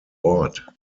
ort